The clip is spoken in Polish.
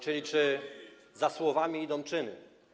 czyli to, czy za słowami idą czyny.